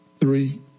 three